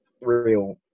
real